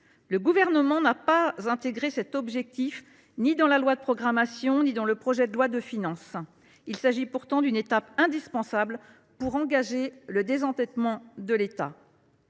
Le Gouvernement n’a intégré cet objectif ni dans la loi de programmation ni dans le projet de loi de finances. Il s’agit pourtant d’une étape indispensable pour engager le désendettement de l’État.